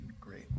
Great